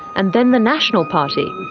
and then the national party,